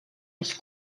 les